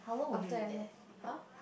after exam [huh]